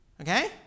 Okay